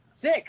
Six